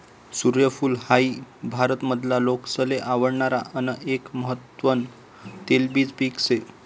सूर्यफूल हाई भारत मधला लोकेसले आवडणार आन एक महत्वान तेलबिज पिक से